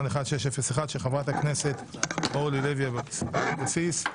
של חברת הכנסת אורלי לוי אבקסיס.